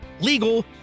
legal